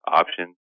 options